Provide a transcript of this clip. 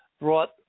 brought